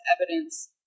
evidence